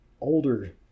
older